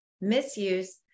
misuse